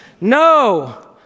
no